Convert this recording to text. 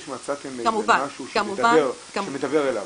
או שמצאתם משהו שמדבר אליו?